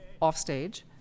offstage